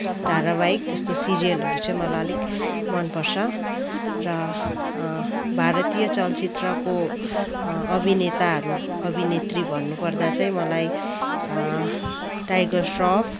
धारावाहिक त्यसतो सिरियलहरू चैँ मलाई अलिक मनपर्छ र भारतीय चलचित्रको अभिनेताहरू अभिनेत्री भन्नुपर्दा चाहिँ मलाई टाइगर स्रफ